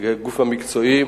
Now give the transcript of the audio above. כגוף המקצועי,